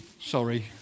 Sorry